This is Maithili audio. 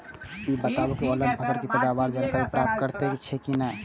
ई बताउ जे ऑनलाइन फसल के पैदावार के जानकारी प्राप्त करेत छिए की नेय?